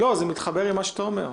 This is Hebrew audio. זה מתחבר עם מה שאתה אומר.